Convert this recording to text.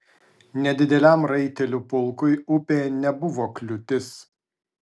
nedideliam raitelių pulkui upė nebuvo kliūtis